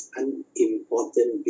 unimportant